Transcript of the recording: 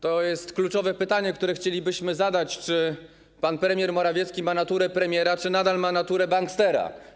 To jest kluczowe pytanie, które chcielibyśmy zadać: Czy pan premier Morawiecki ma naturę premiera, czy nadal ma naturę bankstera?